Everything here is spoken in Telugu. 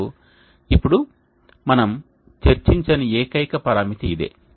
మరియు ఇప్పుడు మనం చర్చించని ఏకైక పరామితి ఇదే